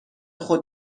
خود